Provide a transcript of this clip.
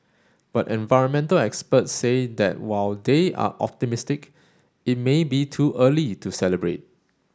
but environmental experts say that while they are optimistic it may be too early to celebrate